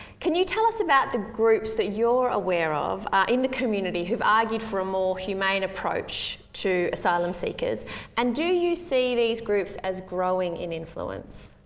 can you tell us about the groups that you're aware of in the community who have argued for a more humane approach to asylum seekers and do you see these groups as growing in influence?